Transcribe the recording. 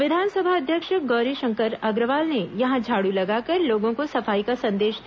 विधानसभा अध्यक्ष गौरीशंकर अग्रवाल ने यहां झाड़ू लगाकर लोगों को सफाई का संदेश दिया